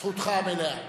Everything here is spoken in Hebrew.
זכותך המלאה.